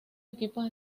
equipos